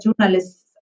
journalists